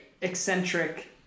eccentric